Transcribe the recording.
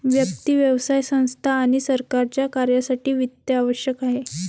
व्यक्ती, व्यवसाय संस्था आणि सरकारच्या कार्यासाठी वित्त आवश्यक आहे